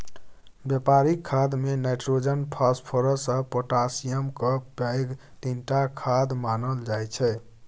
बेपारिक खादमे nitrogen, phosphorus आ पोटाशियमकेँ पैघ तीनटा खाद मानल जाइ छै